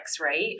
Right